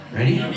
Ready